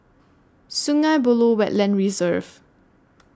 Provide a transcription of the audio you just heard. Sungei Buloh Wetland Reserve